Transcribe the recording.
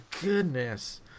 goodness